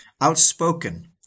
outspoken